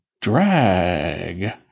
drag